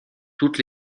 toutes